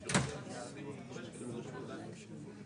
זכאים לקבל את הפיצוי על פי חוק.